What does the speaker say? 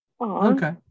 Okay